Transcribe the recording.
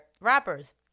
rappers